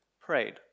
prayed